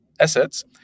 assets